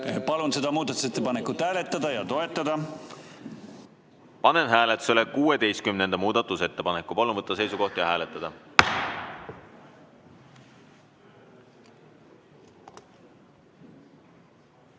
Palun seda muudatusettepanekut hääletada ja toetada. Panen hääletusele 16. muudatusettepaneku. Palun võtta seisukoht ja hääletada!